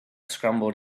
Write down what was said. scrambled